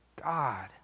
God